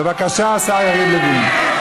בבקשה, השר יריב לוין.